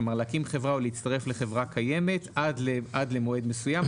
כלומר להקים חברה או להצטרף לחברה קיימת עד למועד מסוים,